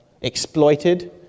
exploited